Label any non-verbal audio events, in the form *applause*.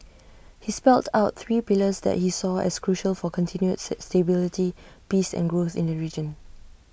he spelt out three pillars that he saw as crucial for continued *unintelligible* stability peace and growth in the region